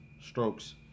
strokes